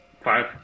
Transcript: five